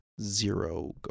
Zero